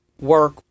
work